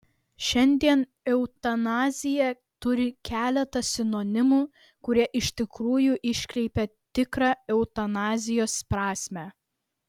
šiandien eutanazija turi keletą sinonimų kurie iš tikrųjų iškreipia tikrą eutanazijos prasmę